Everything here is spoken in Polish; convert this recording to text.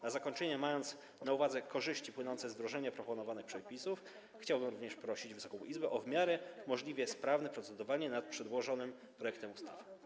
Na zakończenie, mając na uwadze korzyści płynące z wdrożenia proponowanych przepisów, chciałbym również prosić Wysoką Izbę o w miarę możliwości sprawne procedowanie nad przedłożonym projektem ustawy.